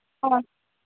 ஆ ஆ